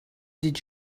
did